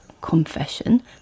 confession